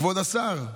כבוד השר,